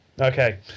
Okay